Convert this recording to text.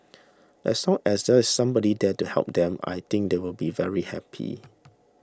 as long as there's somebody there to help them I think they will be very happy